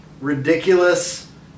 ridiculous